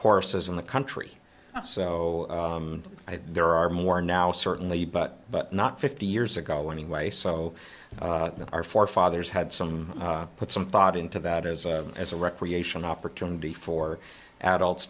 courses in the country so there are more now certainly but but not fifty years ago anyway so our forefathers had some put some thought into that as as a recreation opportunity for adults